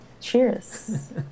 Cheers